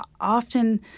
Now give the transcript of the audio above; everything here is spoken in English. often